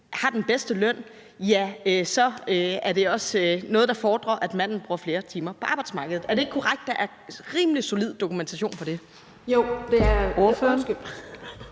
har den bedste løn, er det også noget, der fordrer, at manden bruger flere timer på arbejdsmarkedet. Er det ikke korrekt, at der er rimelig solid dokumentation for det?